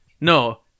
No